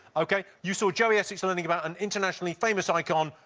ok, you saw joey essex learning about an internationally famous icon.